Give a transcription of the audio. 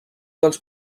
dels